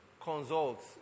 consult